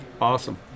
Awesome